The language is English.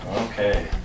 Okay